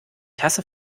tasse